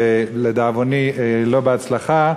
ולדאבוני לא בהצלחה,